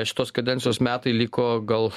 šitos kadencijos metai liko gal